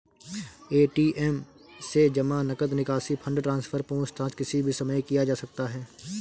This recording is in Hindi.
ए.टी.एम से जमा, नकद निकासी, फण्ड ट्रान्सफर, पूछताछ किसी भी समय किया जा सकता है